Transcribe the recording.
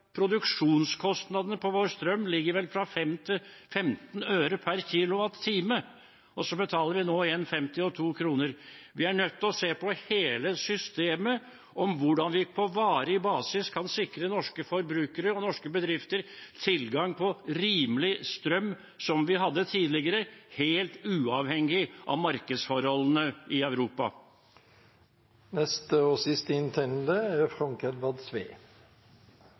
Produksjonskostnadene på strømmen vår ligger vel på 5–15 øre per kilowattime, og nå betaler vi 1,50 kr eller 2 kr. Vi er nødt til å se på hele systemet og hvordan vi på varig basis kan sikre norske forbrukere og norske bedrifter tilgang på rimelig strøm, som vi hadde tidligere, helt uavhengig av markedsforholdene i Europa. Eg gløymde noko i stad, det er